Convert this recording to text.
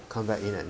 come back in at